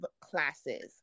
classes